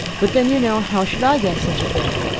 but then you know, how should i guess such a thing?